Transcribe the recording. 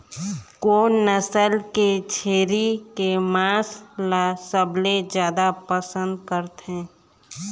कोन नसल के छेरी के मांस ला सबले जादा पसंद करथे?